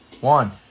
One